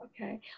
Okay